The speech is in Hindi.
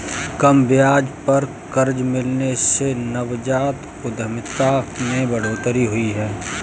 कम ब्याज पर कर्ज मिलने से नवजात उधमिता में बढ़ोतरी हुई है